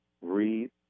Read